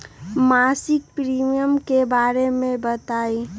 मासिक प्रीमियम के बारे मे बताई?